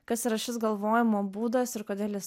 kas yra šis galvojimo būdas ir kodėl jis